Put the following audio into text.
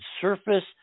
surface